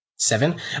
seven